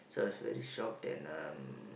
so I was very shocked then um